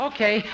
Okay